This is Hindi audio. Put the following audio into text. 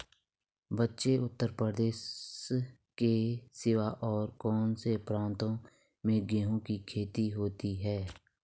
बच्चों उत्तर प्रदेश के सिवा और कौन से प्रांतों में गेहूं की खेती होती है?